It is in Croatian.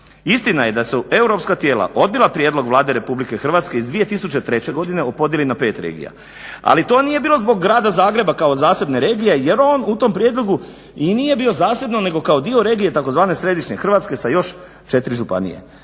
Istina je da su europska tijela odbila prijedlog Vlade RH iz 2003. godine o podjeli na pet regija. Ali to nije bilo zbog Grada Zagreba kao zasebne regije jer on u tom prijedlogu i nije bio zasebno nego kao dio regije tzv. središnje Hrvatske sa još 4 županije.